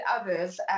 others